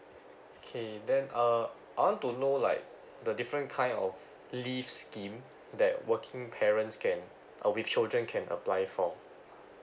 okay then uh I want to know like the different kind of leave scheme that working parents can uh with children can apply for